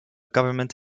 government